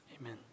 amen